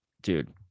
dude